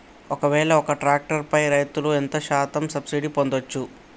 ఒక్కవేల ఒక్క ట్రాక్టర్ పై రైతులు ఎంత శాతం సబ్సిడీ పొందచ్చు?